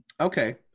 Okay